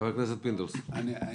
חבר הכנסת פינדרוס, בבקשה.